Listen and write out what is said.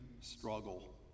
struggle